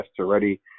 already